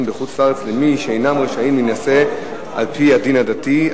בחוץ-לארץ למי שאינם רשאים להינשא על-פי הדין הדתי,